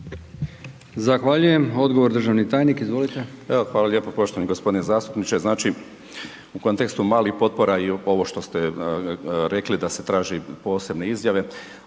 Zahvaljujem. Odgovor državni tajnik, izvolite. **Zrinušić, Zdravko** Evo, hvala lijepo poštovani g. zastupniče. Znači, u kontekstu malih potpora i ovo što ste rekli da se traži posebne izjave,